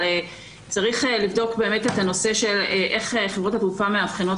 אבל צריך לבדוק איך חברות התעופה מאבחנות